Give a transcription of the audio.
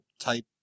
type